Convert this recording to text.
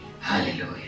hallelujah